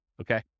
Okay